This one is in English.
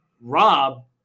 Rob